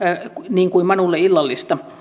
niin kuin manulle illallista